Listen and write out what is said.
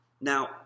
Now